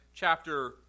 Chapter